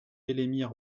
elémir